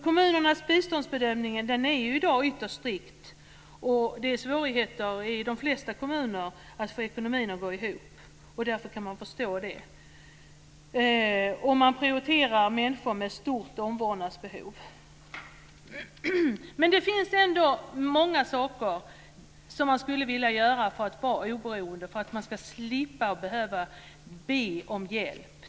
Kommunernas biståndsbedömning är i dag ytterst strikt, vilket är förståeligt med tanke på att de flesta kommuner har svårigheter att få ekonomin att gå ihop. Man prioriterar människor med stort omvårdnadsbehov. Det finns ändå många saker som vi skulle vilja göra för att skapa ett oberoende och för att man ska slippa att be om hjälp.